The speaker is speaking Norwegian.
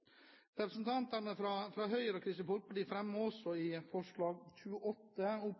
Representantene fra Høyre og Kristelig Folkeparti fremmer også forslag nr. 28: